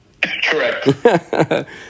Correct